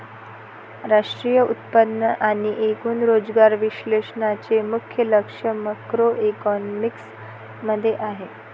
राष्ट्रीय उत्पन्न आणि एकूण रोजगार विश्लेषणाचे मुख्य लक्ष मॅक्रोइकॉनॉमिक्स मध्ये आहे